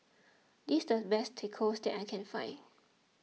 this is the best Tacos that I can find